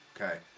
Okay